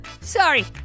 sorry